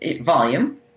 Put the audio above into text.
volume